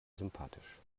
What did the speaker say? sympathisch